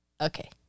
Okay